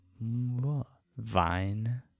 Vine